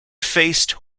faced